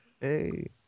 Hey